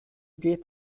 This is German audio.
geht